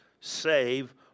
save